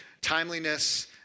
timeliness